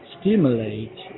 stimulate